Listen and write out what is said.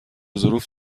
ظروف